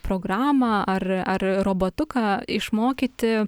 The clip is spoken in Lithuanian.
programą ar ar robotuką išmokyti